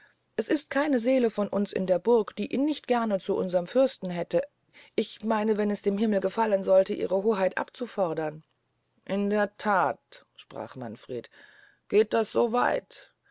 es ist keine seele von uns in der burg die ihn nicht gern zu unserm fürsten hätte ich meine wenn es dem himmel gefallen solte ihre hoheit abzufordern in der that sprach manfred geht das so weit